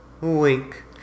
Wink